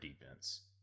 defense